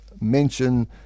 mention